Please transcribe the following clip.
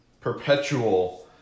perpetual